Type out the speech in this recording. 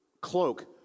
cloak